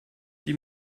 die